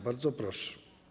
Bardzo proszę.